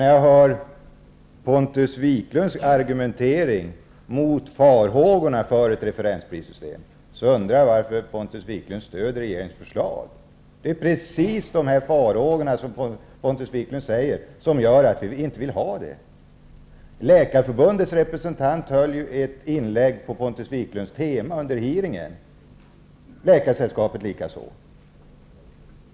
När jag hör Pontus Wiklunds argumentering om farhågorna inför ett referensprissystem undrar jag hur han kan stödja regeringens förslag. Det är precis de farhågor Pontus Wiklund kommer med som gör att vi inte vill ha det. Läkarförbundets representant höll ett inlägg på Läkaresällskapet likaså.